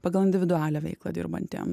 pagal individualią veiklą dirbantiem